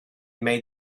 made